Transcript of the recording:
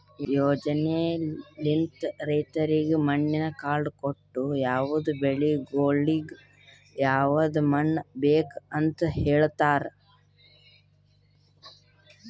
ಯೋಜನೆಲಿಂತ್ ರೈತುರಿಗ್ ಮಣ್ಣಿನ ಕಾರ್ಡ್ ಕೊಟ್ಟು ಯವದ್ ಬೆಳಿಗೊಳಿಗ್ ಯವದ್ ಮಣ್ಣ ಬೇಕ್ ಅಂತ್ ಹೇಳತಾರ್